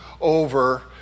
over